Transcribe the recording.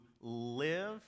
live